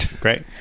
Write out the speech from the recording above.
Great